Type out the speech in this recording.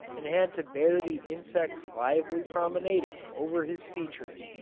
and had to bear the insect's lively promenading over his features,